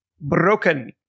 broken